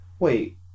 Wait